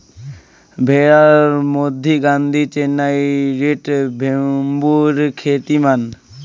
ভ্যাড়াত মধ্যি গাদ্দি, চেন্নাই রেড, ভেম্বুর খ্যাতিমান